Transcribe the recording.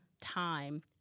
time